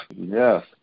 yes